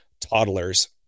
toddlers